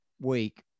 week